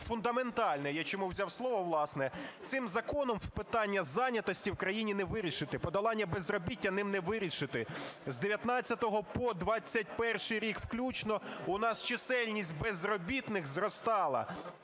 фундаментальне, я чому взяв слово, власне. Цим законом питання зайнятості в країні не вирішити, подолання безробіття ним не вирішити. З 19-го по 21-й рік включно у нас чисельність безробітних зростала